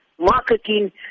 marketing